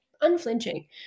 unflinching